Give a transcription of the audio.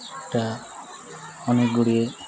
ସେଇଟା ଅନେକ ଗୁଡ଼ିଏ